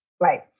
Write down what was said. right